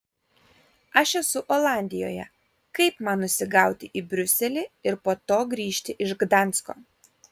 aš esu olandijoje kaip man nusigauti į briuselį ir po to grįžti iš gdansko